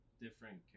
different